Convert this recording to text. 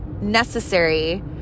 necessary